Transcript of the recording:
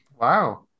Wow